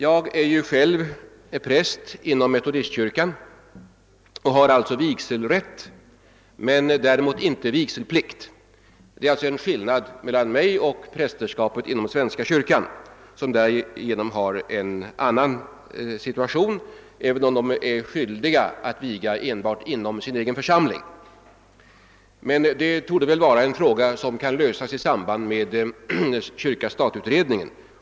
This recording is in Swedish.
Jag är själv präst inom metodistkyrkan och har alltså vigselrätt. Däremot har jag inte vigselplikt. Det är alltså en skillnad mellan mig och prästerskapet inom den svenska statskyrkan, som därigenom befinner sig i en annan situation även om de är skyldiga att viga enbart inom sin egen församling. Men detta torde vara en fråga som kan lösas i samband med kyrka—stat-utredningen.